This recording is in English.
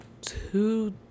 two